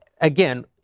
again